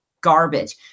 garbage